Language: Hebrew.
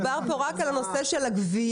מדובר פה רק על הנושא של הגבייה,